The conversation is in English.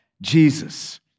Jesus